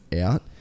out